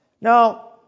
Now